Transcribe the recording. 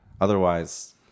Otherwise